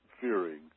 fearing